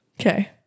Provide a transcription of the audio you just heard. Okay